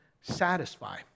satisfy